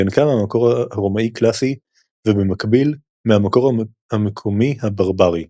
אשר ינקה מהמקור הרומאי-קלאסי ובמקביל מהמקור המקומי-ברברי.